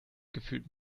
gefühlt